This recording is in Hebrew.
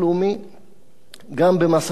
גם בביטוח לאומי, גם במס הכנסה.